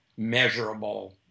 measurable